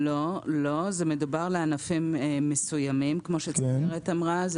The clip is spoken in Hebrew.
לא, זה מדבר בענפים מסוימים, כפי שאמרה צמרת.